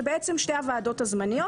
זה בעצם שתי הוועדות הזמניות,